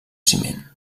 ciment